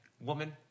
Woman